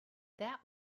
that